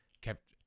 kept